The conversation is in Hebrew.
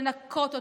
לנקות אותן,